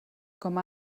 com